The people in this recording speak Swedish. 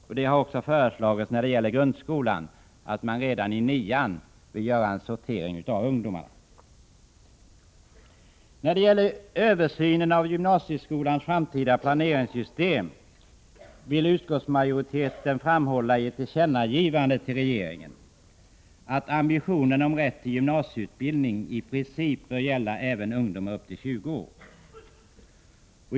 Även när det gäller nian i grundskolan har man föreslagit en sortering av ungdomarna. När det gäller översynen av gymnasieskolans framtida planeringssystem vill utskottsmajoriteten framhålla i ett tillkännagivande till regeringen att ambitionen om rätt till gymnasieutbildning i princip bör gälla även ungdomar upp till 20 år.